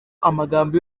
amagambo